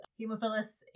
hemophilus